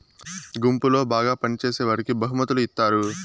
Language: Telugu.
గుంపులో బాగా పని చేసేవాడికి బహుమతులు ఇత్తారు